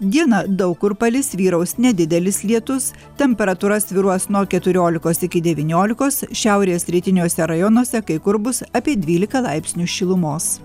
dieną daug kur palis vyraus nedidelis lietus temperatūra svyruos nuo keturiolikos iki devyniolikos šiaurės rytiniuose rajonuose kai kur bus apie dvylika laipsnių šilumos